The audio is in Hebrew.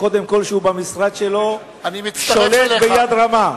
קודם כול על שהוא שולט במשרד שלו ביד רמה,